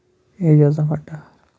Ejaz Ahmad Dar